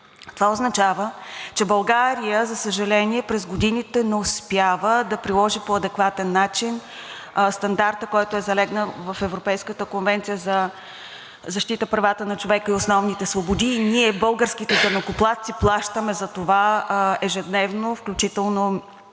Това означава, че България, за съжаление, през годините не успява да приложи по адекватен начин стандарта, който е залегнал в Европейската конвенция за защита правата на човека и основните свободи, и ние, българските данъкоплатци, плащаме за това ежедневно, включително